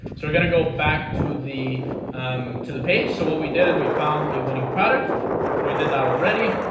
so we're going to go back to the um to the page. so what we did is we found a winning product. so we did that already.